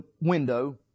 window